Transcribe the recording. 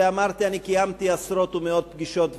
ואמרתי שקיימתי עשרות ומאות פגישות,